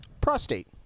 Prostate